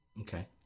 Okay